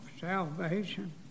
salvation